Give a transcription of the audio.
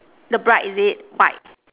the bride is it buy